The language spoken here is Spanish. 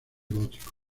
gótico